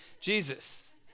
Jesus